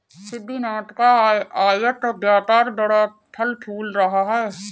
सिद्धिनाथ का आयत व्यापार बड़ा फल फूल रहा है